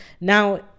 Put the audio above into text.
Now